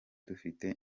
dufite